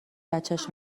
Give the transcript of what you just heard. بچش